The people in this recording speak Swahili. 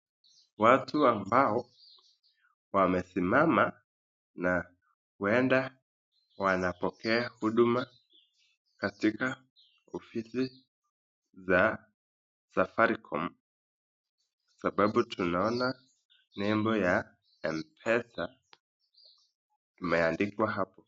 Watu ambao wamesimama na huenda wanapokea huduma katika ofisi za s Safaricom sababu tunaona nembo ya mpesa imeandikwa hapo.